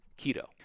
keto